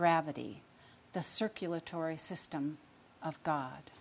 gravity the circulatory system of god